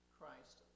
Christ